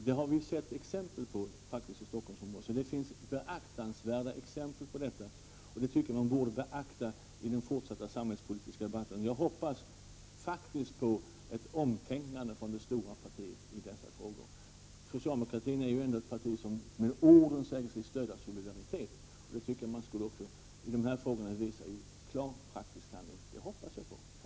Det finns alltså beaktansvärda exempel på detta i Stockholmsområdet, och de borde uppmärksammas i den fortsatta samhällspolitiska debatten. Jag hoppas på ett omtänkande från det stora partiet i dessa frågor. Socialdemokraterna är ju ett parti som i ord säger sig stödja solidaritet, och de borde visa det i klar, praktisk handling. Det hoppas jag på.